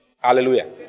Hallelujah